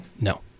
No